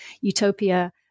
utopia